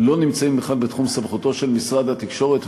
לא נמצא בכלל בתחום סמכותו של משרד התקשורת,